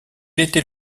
était